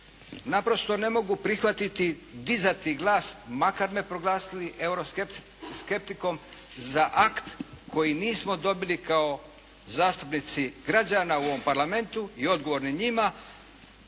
Naprosto ne mogu prihvatiti dizati glas makar me proglasili euro skeptikom, za akt koji nismo dobili kao zastupnici građana u ovom Parlamentu i odgovorni njima,